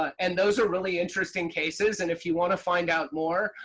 and those are really interesting cases and if you want to find out more,